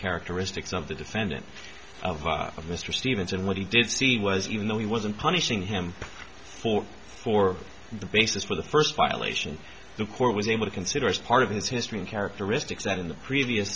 characteristics of the defendant of mr stevens and what he did see was even though he wasn't punishing him for for the basis for the first violation the court was able to consider as part of his history in characteristics that in the